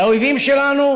כי האויבים שלנו,